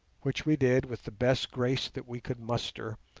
which we did with the best grace that we could muster,